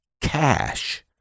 cash